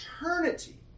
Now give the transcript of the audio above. eternity